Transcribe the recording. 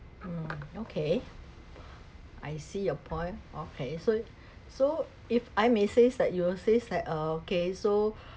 mm okay I see your point okay so so if I may says that you will says like uh okay so